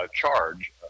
charge